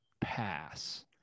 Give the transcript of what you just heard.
pass